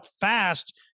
fast